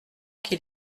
qu’il